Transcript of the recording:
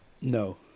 no